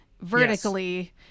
vertically